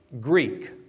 Greek